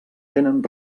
tenen